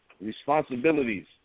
responsibilities